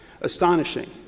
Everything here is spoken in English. astonishing